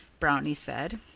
brownie said.